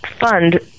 fund